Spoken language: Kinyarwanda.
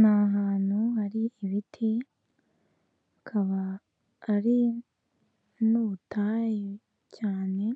Ni ahantu hari ibiti, akaba ari n'ubutayu cyane,